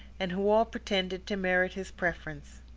and who all pretended to merit his preference.